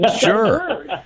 sure